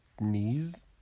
Knees